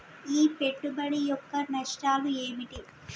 ఈ పెట్టుబడి యొక్క నష్టాలు ఏమిటి?